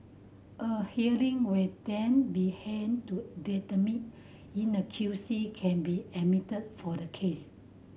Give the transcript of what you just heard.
a hearing will then be held to determine in a Q C can be admitted for the case